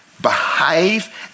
behave